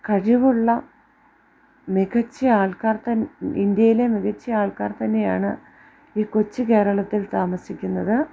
കഴിവുള്ള മികച്ച ആൾക്കാർ തന്നെ ഇന്ത്യയിലെ മികച്ച ആൾക്കാർ തന്നെയാണ് ഈ കൊച്ചുകേരളത്തിൽ താമസിക്കുന്നത്